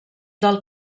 del